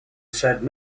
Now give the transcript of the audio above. said